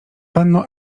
panno